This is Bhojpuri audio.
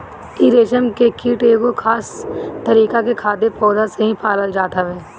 इ रेशम के कीट एगो खास तरीका के खाद्य पौधा पे ही पालल जात हवे